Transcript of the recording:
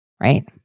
right